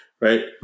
right